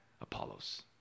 Apollos